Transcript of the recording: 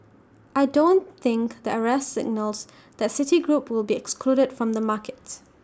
I don't think the arrest signals that city group will be excluded from the markets